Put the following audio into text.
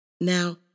Now